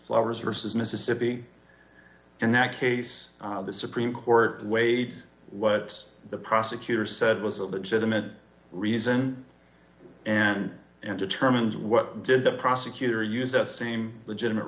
flowers versus mississippi in that case the supreme court weighed what the prosecutor said was a legitimate reason and and determined what did the prosecutor use that same legitimate